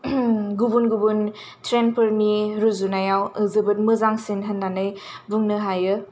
गुबुन गुबुन ट्रेनफोरनि रुजुनायाव जोबोद मोजांसिन होननानै बुंनो हायो